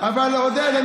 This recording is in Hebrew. אבל עודד,